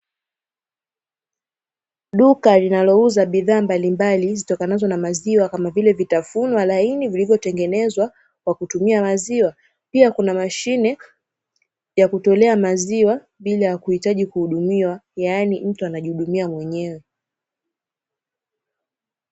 Duka linalouza bidhaa mbalimbali zitokanazo na maziwa kama vile vitafunwa laini vilivyotengenezwa kwa kutumia maziwa. Pia kuna mashine ya kutolea maziwa bila ya kuhitaji kuhudumiwa yaani mtu anajihudumia mwenyewe.